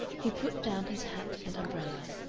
he put down his hat and umbrella,